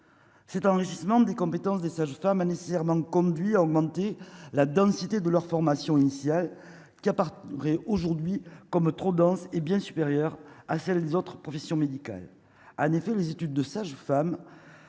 cet enrichissement des compétences des sages-femmes a nécessairement conduit à augmenter la densité de leur formation initiale, qui a par re-aujourd'hui comme trop dense, hé bien supérieure à celle des autres professions médicales,